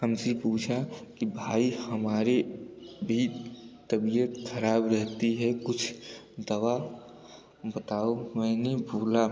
हमसे पूछा कि भाई हमारे भी तबियत खराब रहती है कुछ दवा बताओ मैंने बोला